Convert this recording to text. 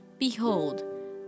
Behold